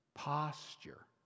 Posture